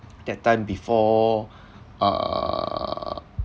that time before err